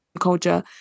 culture